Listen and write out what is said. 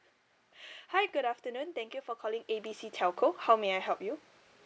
hi good afternoon thank you for calling A B C telco how may I help you